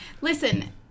Listen